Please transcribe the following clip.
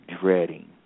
dreading